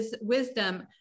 wisdom